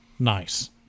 Nice